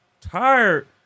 tired